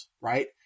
right